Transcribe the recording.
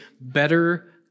better